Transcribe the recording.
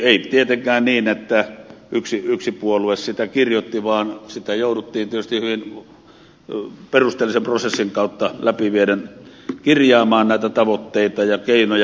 ei tietenkään niin että yksi puolue sitä kirjoitti vaan jouduttiin tietysti hyvin perusteellisen prosessin kautta läpi vieden kirjaamaan näitä tavoitteita ja keinoja